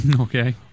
Okay